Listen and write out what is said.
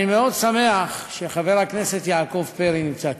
אני מאוד שמח שחבר הכנסת יעקב פרי נמצא כאן.